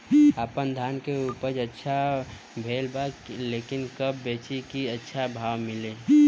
आपनधान के उपज अच्छा भेल बा लेकिन कब बेची कि अच्छा भाव मिल सके?